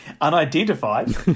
Unidentified